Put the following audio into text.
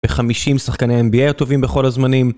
ו-50 שחקני NBA טובים בכל הזמנים.